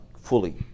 fully